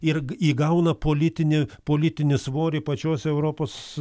ir įgauna politinį politinį svorį pačios europos